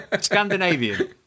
Scandinavian